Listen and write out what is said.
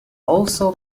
also